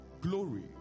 glory